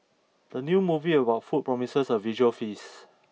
the new movie about food promises a visual feast